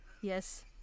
Yes